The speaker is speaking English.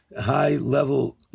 high-level